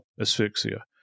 asphyxia